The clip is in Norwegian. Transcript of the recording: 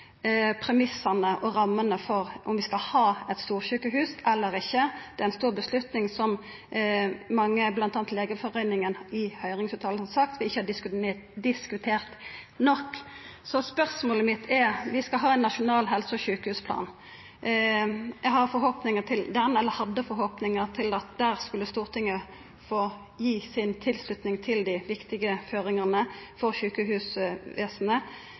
premissane og rammene for om vi skal ha eit storsjukehus eller ikkje. Det er ei stor avgjerd som mange, bl.a. Legeforeningen i høyringsfråsegna, har sagt at vi ikkje har diskutert nok. Så spørsmålet mitt er: Vi skal få ein nasjonal helse- og sjukehusplan. Eg hadde forhåpningar til at Stortinget i den samanhengen skulle få gi si tilslutning til dei viktige føringane for